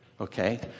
Okay